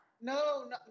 no